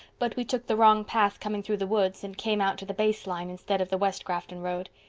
but we took the wrong path coming through the woods and came out to the base line instead of the west grafton road.